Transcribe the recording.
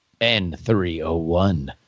N301